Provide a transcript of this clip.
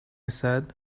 said